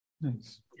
Nice